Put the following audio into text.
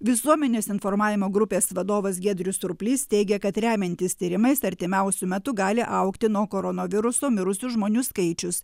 visuomenės informavimo grupės vadovas giedrius surplys teigia kad remiantis tyrimais artimiausiu metu gali augti nuo koronaviruso mirusių žmonių skaičius